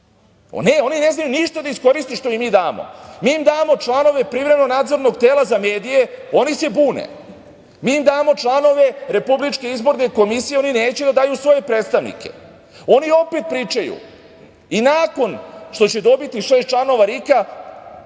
Ne, oni ne znaju ništa da iskoriste što im mi damo. Mi im damo članove privremeno nadzornog tela za medije, oni se bune. Mi ima damo članove RIK-a, oni neće da daju svoje predstavnike. Oni opet pričaju i nakon što će dobiti šest članova RIK-a,